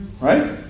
Right